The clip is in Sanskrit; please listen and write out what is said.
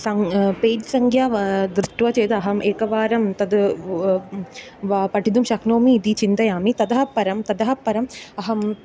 सङ्ख्या पेज् सङ्ख्या वा दृष्ट्वा चेत् अहम् एकवारं तद् वा पठितुं शक्नोमि इति चिन्तयामि ततः परं ततः परम् अहं